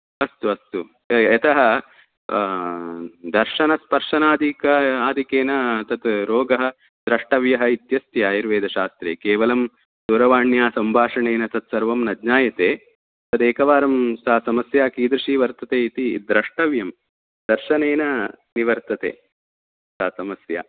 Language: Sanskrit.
अस्तु अस्तु यतः दर्शनस्पर्शनादिक आदिकेन तत् रोगः द्रष्टव्यः इत्यस्ति आयुर्वेदशास्त्रे केवलं दूरवाण्या सम्भाषणेन तत् सर्वं न ज्ञायते तदेकवारं सा समस्य कीदृशी वर्तते इति द्रष्टव्यं दर्शनेन निवर्तते सा समस्या